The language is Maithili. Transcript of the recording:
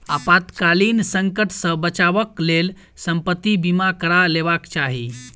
आपातकालीन संकट सॅ बचावक लेल संपत्ति बीमा करा लेबाक चाही